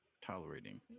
tolerating